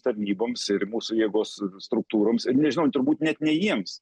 tarnyboms ir mūsų jėgos struktūroms ir nežinau turbūt net ne jiems